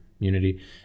immunity